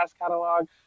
catalog